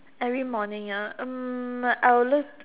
every morning ya um I will lose